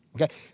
Okay